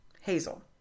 Hazel